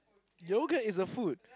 yogurt is a food